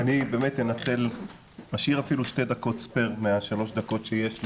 אני אשאיר אפילו שתי דקות ספייר משלוש הדקות שיש לי.